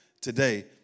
today